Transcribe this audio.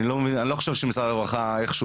אני לא חושב שמשרד הרווחה עוזר.